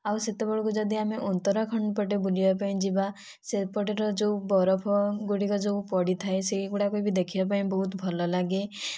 ଆଉ ସେତେବେଳେକୁ ଯଦି ଆମେ ଉତ୍ତରାଖଣ୍ଡ ପଟେ ବୁଲିବା ପାଇଁ ଯିବା ସେପଟର ଯେଉଁ ବରଫ ଗୁଡ଼ିକ ଯେଉଁ ପଡ଼ିଥାଏ ସେହି ଗୁଡ଼ାକ ବି ଦେଖିବା ପାଇଁ ବହୁତ ଭଲ ଲାଗେ